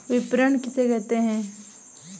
विपणन किसे कहते हैं?